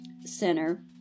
Center